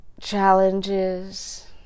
challenges